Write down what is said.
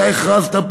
את זה אתה הכרזת פה,